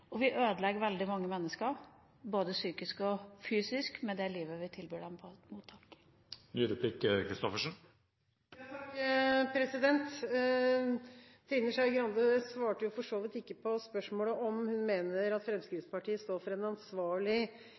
Og vi ødelegger veldig mange mennesker både psykisk og fysisk med det livet vi tilbyr dem på mottak. Trine Skei Grande svarte for så vidt ikke på spørsmålet om hun mener at Fremskrittspartiet står for en ansvarlig